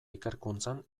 ikerkuntzan